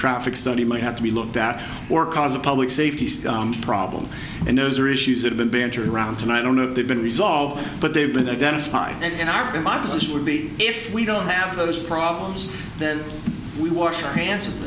traffic study might have to be looked at or cause a public safety problem and those are issues that have been bantered around and i don't know if they've been resolved but they've been identified and the boxes will be if we don't have those problems then we wash our hands